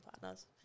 partners